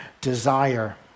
desire